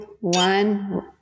one